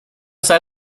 side